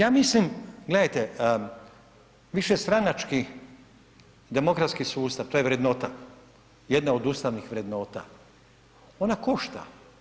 Ja mislim, gledajte, višestranački demokratski sustav to je vrednota, jedna od ustavnih vrednota ona košta.